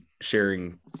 sharing